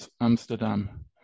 Amsterdam